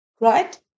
right